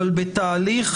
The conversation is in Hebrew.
אבל בתהליך